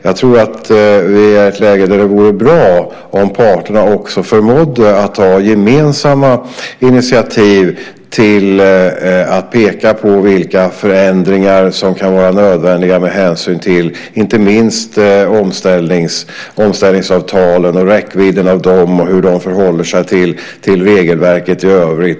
Jag tror att vi är i ett läge där det vore bra om parterna förmådde ta gemensamma initiativ och peka på vilka förändringar som kan vara nödvändiga med hänsyn till inte minst omställningsavtalen, räckvidden av dem och hur de förhåller sig till regelverket i övrigt.